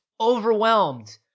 overwhelmed